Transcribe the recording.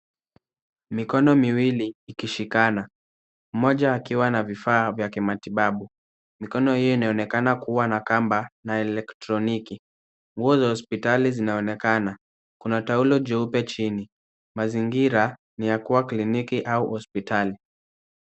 Mikono miwili ikishikana, mmoja akiwa na kifaa cha matibabu. Mikono hii inaonekana kuwa na kamba na elektroniki. Nguo za hospitalini zinaonekana, kuna taulo jeupe chini. Mazingira ni ya kuwa kliniki au hospitali.